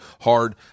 hard